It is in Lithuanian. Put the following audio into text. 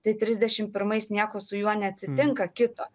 tai trisdešim pirmais nieko su juo neatsitinka kito